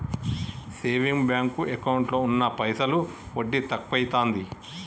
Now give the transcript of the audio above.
saving bank ఎకౌంటులో ఉన్న పైసలు వడ్డి తక్కువైతాంది